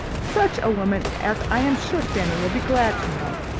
such a woman as i am sure fanny will be glad to know.